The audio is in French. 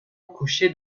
couché